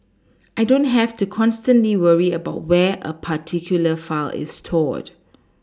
I don't have to constantly worry about where a particular file is stored